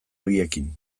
horiekin